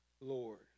Lord